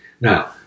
Now